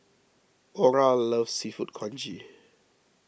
Oral loves Seafood Congee